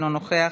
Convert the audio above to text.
אינו נוכח,